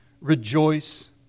rejoice